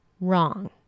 Wrong